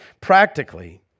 Practically